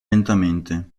lentamente